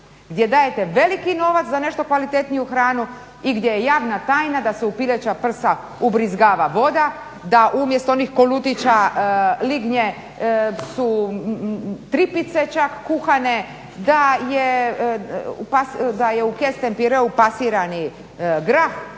gdje dajete veliki novac za nešto kvalitetniju hranu i gdje je javna tajna da se u pileća prsa ubrizgava voda, da umjesto onih kolutića lignje su tripice čak kuhane, da je u kesten pireu pasirani grah,